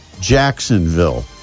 Jacksonville